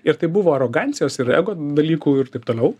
ir tai buvo arogancijos ir ego dalykų ir taip toliau